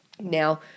Now